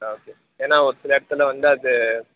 ஆ okay ஏன்னால் ஒரு சில இடத்துல வந்து அது